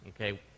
okay